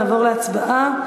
נעבור להצבעה.